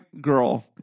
girl –